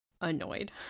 annoyed